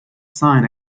sign